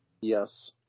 Yes